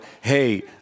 hey